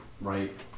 Right